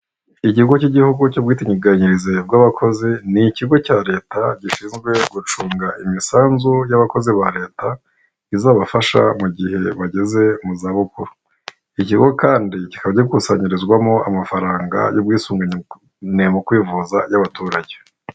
Ikigo cy'igihugu cy'ubwitinteganyirize bw'abakozi, n ikigo cya leta gishinzwe gucunga imisanzu y'abakozi ba leta, izabafasha mu gihe bageze mu zabukuru. Iki kigo kandi, kikaba gikusanyirizwamo amafaranga y'ubwisungane mu kwivuza y'abaturage.